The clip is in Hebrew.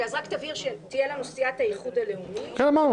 רק תבהיר שתהיה לנו סיעת האיחוד הלאומי --- אמרנו.